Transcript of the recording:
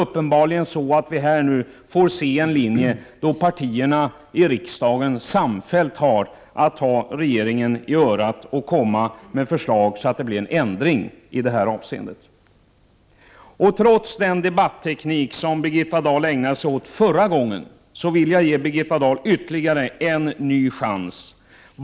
Uppenbarligen får vi nu se en linje där partierna i riksdagen samfällt har att ta regeringen i örat och komma med förslag så att det kommer en ändring till stånd i detta avseende. Trots den debatteknik som Birgitta Dahl ägnade sig åt förra gången vill jag ge henne ytterligare en chans.